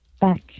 back